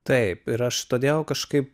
taip ir aš todėl kažkaip